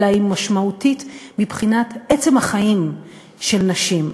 אלא היא משמעותית מבחינת עצם החיים של נשים.